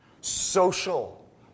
Social